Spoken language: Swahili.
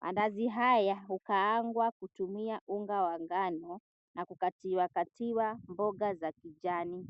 Mandazi haya hukaangwa kutumia unga wa ngano na kukatiwa katiwa mboga za kijani.